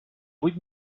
vuit